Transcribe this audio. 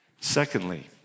Secondly